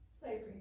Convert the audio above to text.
Slavery